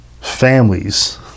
families